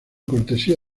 cortesía